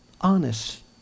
honest